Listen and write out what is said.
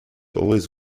always